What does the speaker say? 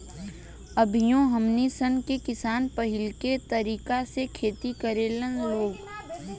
अभियो हमनी सन के किसान पाहिलके तरीका से खेती करेला लोग